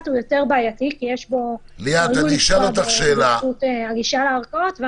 הוא בעייתי יותר כי הוא עלול לפגוע בזכות הגישה לערכאות.